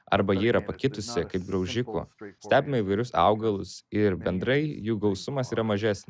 arba ji yra pakitusi kaip graužikų stebime įvairius augalus ir bendrai jų gausumas yra mažesnis